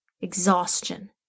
Exhaustion